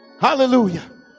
hallelujah